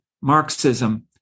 Marxism